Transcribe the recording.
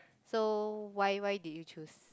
so why why did you choose